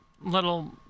little